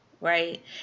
Right